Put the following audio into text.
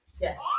Yes